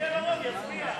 יהיה לו רוב, יצביע.